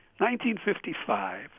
1955